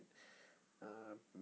um